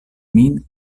min